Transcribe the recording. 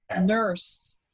nurse